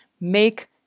make